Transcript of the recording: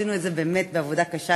עשינו את זה באמת בעבודה קשה.